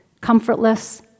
comfortless